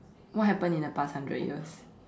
what happened in the past hundred years